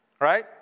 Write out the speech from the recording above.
Right